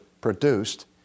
produced